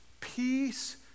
peace